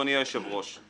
אדוני היושב ראש,